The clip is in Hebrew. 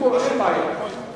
אין בעיה.